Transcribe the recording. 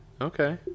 Okay